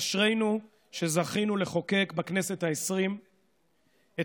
אשרינו שזכינו לחוקק בכנסת העשרים את